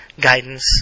guidance